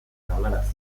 galarazi